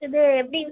இது எப்படி